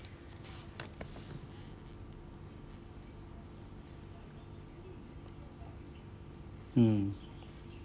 mm